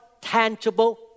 tangible